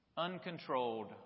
uncontrolled